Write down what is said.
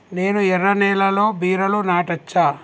నేను ఎర్ర నేలలో బీరలు నాటచ్చా?